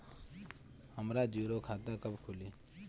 हमरा जीरो खाता कब खुली?